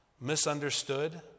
Misunderstood